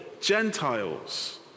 Gentiles